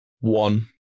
One